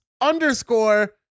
underscore